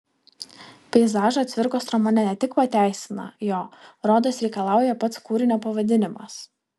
peizažą cvirkos romane ne tik pateisina jo rodos reikalauja pats kūrinio pavadinimas